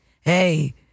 Hey